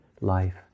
life